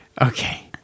Okay